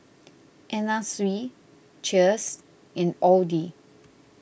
Anna Sui Cheers and Audi